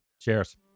Cheers